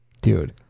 dude